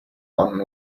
one